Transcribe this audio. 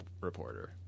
reporter